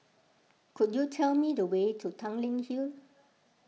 could you tell me the way to Tanglin Hill